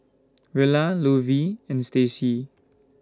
Rella Lovie and Stacy